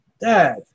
Dad